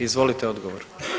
Izvolite odgovor.